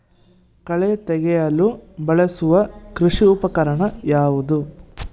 ಕಳೆ ತೆಗೆಯಲು ಬಳಸುವ ಕೃಷಿ ಉಪಕರಣ ಯಾವುದು?